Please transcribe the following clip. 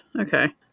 Okay